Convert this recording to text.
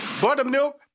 buttermilk